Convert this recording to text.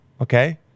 okay